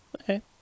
okay